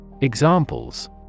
Examples